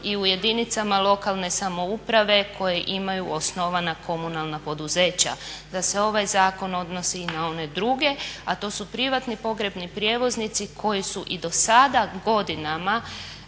i u jedinicama lokalne samouprave koji imaju osnovana komunalna poduzeća, da se ovaj zakon odnosi i na one druge a to su privatni pogrebni prijevoznici koji su i do sada godinama